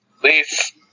please